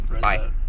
Bye